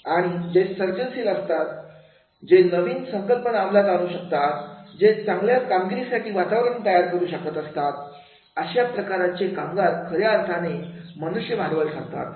आणि जे सर्जनशील असतात जे नविन संकल्पना अमलात आणू शकतात जे चांगल्या कामगिरीसाठी वातावरण निर्मिती तयार करू शकतात अशा प्रकारचे कामगार खऱ्या अर्थाने मनुष्य भांडवल ठरतात